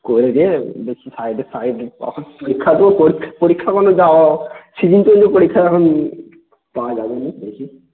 করে যেয়ে দেখি সাইডে সাইডে এখন পরীক্ষা তো পরীখ পরীক্ষাগুলো দাও সেদিনকে তো পরীক্ষা এখন যাওয়া যাবে নি দেখি